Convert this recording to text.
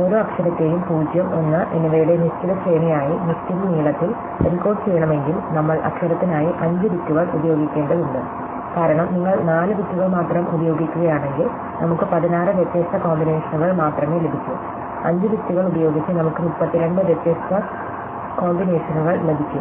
ഓരോ അക്ഷരത്തെയും 0 1 എന്നിവയുടെ നിശ്ചിത ശ്രേണിയായി നിശ്ചിത നീളത്തിൽ എൻകോഡ് ചെയ്യണമെങ്കിൽ നമ്മൾ അക്ഷരത്തിനായി 5 ബിറ്റുകൾ ഉപയോഗിക്കേണ്ടതുണ്ട് കാരണം നിങ്ങൾ 4 ബിറ്റുകൾ മാത്രം ഉപയോഗിക്കുകയാണെങ്കിൽ നമുക്ക് 16 വ്യത്യസ്ത കോമ്പിനേഷനുകൾ മാത്രമേ ലഭിക്കൂ 5 ബിറ്റുകൾ ഉപയോഗിച്ച് നമുക്ക് 32 വ്യത്യസ്ത കോമ്പിനേഷനുകൾ ലഭിക്കും